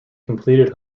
completed